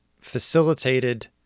facilitated